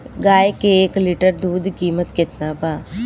गाय के एक लीटर दूध कीमत केतना बा?